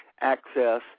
access